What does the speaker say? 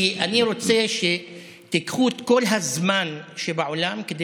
אני רוצה שתיקחו את כל הזמן שבעולם כדי